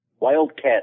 Wildcat